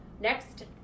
next